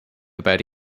about